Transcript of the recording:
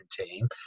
team